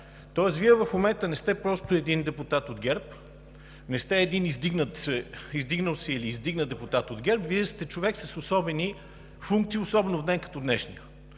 Тоест Вие в момента не сте просто един депутат от ГЕРБ, не сте един издигнал се или издигнат депутат от ГЕРБ, Вие сте човек с особени функции, особено в ден като днешния.